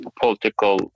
political